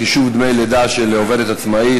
חישוב דמי לידה של עובדת עצמאית),